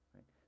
Right